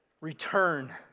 return